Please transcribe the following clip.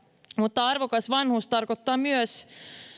mutta arvokas vanhuus tarkoittaa myös sitä